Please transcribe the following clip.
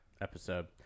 episode